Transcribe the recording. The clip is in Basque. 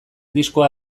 diskoa